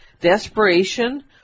Desperation